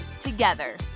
together